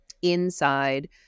inside